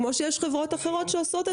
כמו שיש חברות שעושות.